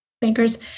bankers